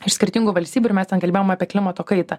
iš skirtingų valstybių ir mes ten kalbėjom apie klimato kaitą